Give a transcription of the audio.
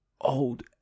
old